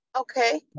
Okay